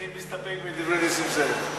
אני מסתפק בדברי נסים זאב.